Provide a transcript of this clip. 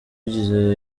bigize